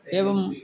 एवं